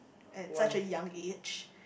at such a young age